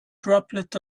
droplet